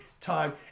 time